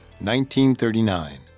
1939